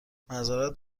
معذرت